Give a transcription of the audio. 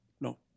no